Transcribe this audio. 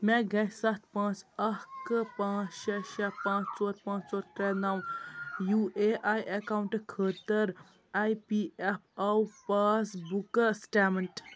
مےٚ گژھِ سَتھ پانٛژھ اَکھٕ پانٛژھ شےٚ شےٚ پانٛژھ ژور پانٛژھ ژور ترٛےٚ نَو یوٗ اے آی اٮ۪کاوُنٛٹ خٲطٕر I P F O passbook statement